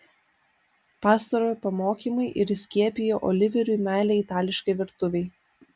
pastarojo pamokymai ir įskiepijo oliveriui meilę itališkai virtuvei